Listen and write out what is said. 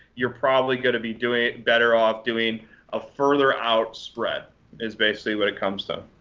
you're probably going to be doing it better off doing a further out spread is basically what it comes to.